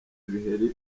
ibiheri